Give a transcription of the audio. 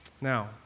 Now